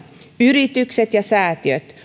yritykset ja säätiöt